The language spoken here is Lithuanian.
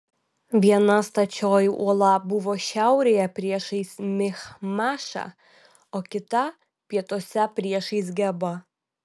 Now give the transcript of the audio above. viena stačioji uola buvo šiaurėje priešais michmašą o kita pietuose priešais gebą